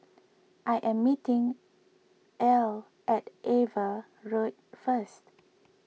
I am meeting Al at Ava Road first